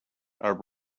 are